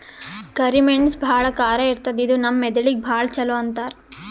ಕರಿ ಮೆಣಸ್ ಭಾಳ್ ಖಾರ ಇರ್ತದ್ ಇದು ನಮ್ ಮೆದಳಿಗ್ ಭಾಳ್ ಛಲೋ ಅಂತಾರ್